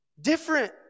different